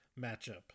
matchup